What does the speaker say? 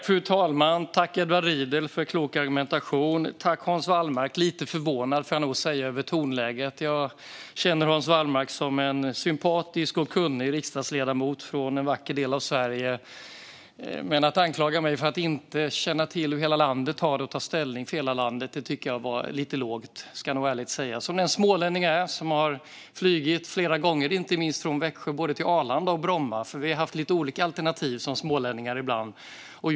Fru talman! Jag tackar Edward Riedl för klok argumentation. Jag tackar också Hans Wallmark, men jag får nog säga att jag är lite förvånad över tonläget. Jag känner Hans Wallmark som en sympatisk och kunnig riksdagsledamot från en vacker del av Sverige. Men att anklaga mig för att inte känna till hur hela landet har det och att inte ta ställning för hela landet tycker jag var lite lågt, ska jag ärligt säga. Som den smålänning jag är har jag flugit flera gånger inte minst från Växjö till både Arlanda och Bromma. Vi smålänningar har haft lite olika alternativ.